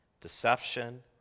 deception